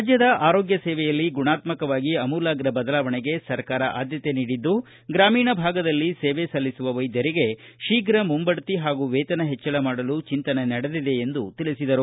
ರಾಜ್ಯದ ಆರೋಗ್ಮ ಸೇವೆಯಲ್ಲಿ ಗುಣಾತ್ಮಕವಾಗಿ ಅಮೂಲಾಗ್ರ ಬದಲಾವಣೆಗೆ ಸರ್ಕಾರ ಅದ್ಯಕೆ ನೀಡಿದ್ದು ಗ್ರಾಮೀಣ ಭಾಗದಲ್ಲಿ ಸೇವೆ ಸಲ್ಲಿಸುವ ವೈದ್ಯರಿಗೆ ಶೀಘ ಮುಂಬಡ್ತಿ ಹಾಗೂ ಅವರ ವೇತನ ಹೆಚ್ಚಳ ಮಾಡಲು ಚಂತನೆ ನಡೆದಿದೆ ಎಂದು ತಿಳಿಸಿದರು